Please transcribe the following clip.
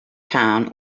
town